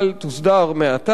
תוסדר מעתה,